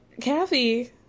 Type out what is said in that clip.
Kathy